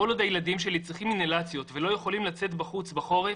כל עוד הילדים שלי צריכים אינהלציות ולא יכולים לצאת החוצה בחורף,